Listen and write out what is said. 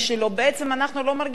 בעצם אנחנו לא מרגישים פה,